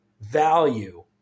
value